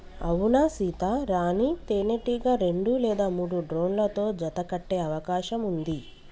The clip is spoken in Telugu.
అవునా సీత, రాణీ తేనెటీగ రెండు లేదా మూడు డ్రోన్లతో జత కట్టె అవకాశం ఉంది